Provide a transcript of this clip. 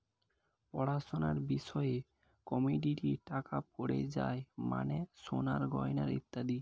পড়াশোনার বিষয়ে কমোডিটি টাকা পড়ে যার মানে সোনার গয়না ইত্যাদি